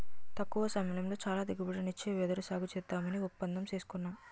తక్కువ సమయంలో చాలా దిగుబడినిచ్చే వెదురు సాగుసేద్దామని ఒప్పందం సేసుకున్నాను